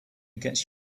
gets